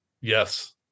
yes